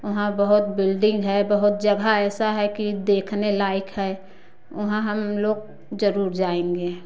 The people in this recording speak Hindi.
वहाँ बहुत बिल्डिंग है बहुत जगह ऐसा है कि देखने लायक है वहाँ हम लोग ज़रूर जाएँगे